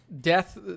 Death